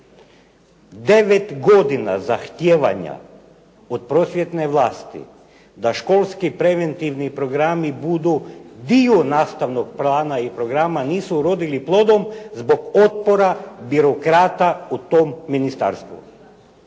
godina zahtijevanja od prosvjetne vlasti da školski preventivni programi budu dio nastavnog plana i programa nisu urodili plodom zbog otpora birokrata u tom Ministarstvu,